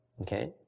Okay